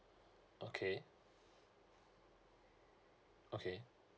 okay okay